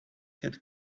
had